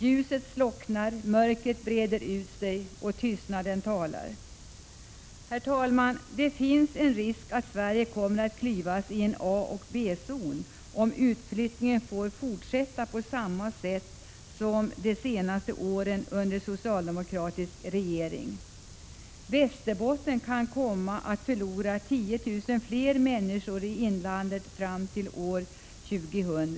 Ljuset slocknar, mörkret breder ut sig och tystnaden talar. Herr talman! Det finns en risk för att Sverige kommer att klyvas i en A och en B-zon, om utflyttningen får fortsätta på samma sätt som de senaste åren under socialdemokratisk regering. Västerbotten kan komma att förlora 10 000 fler människor i inlandet fram till år 2000.